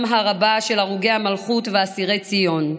הרבה של הרוגי המלכות ואסירי ציון,